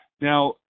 Now